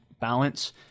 balance